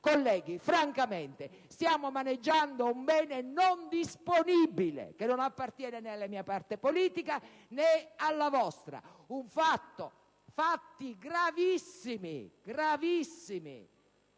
Colleghi, francamente stiamo maneggiando un bene non disponibile, che non appartiene né alla mia parte politica, né alla vostra. Fatti gravissimi - ripeto: